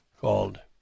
called